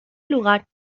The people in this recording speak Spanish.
lugar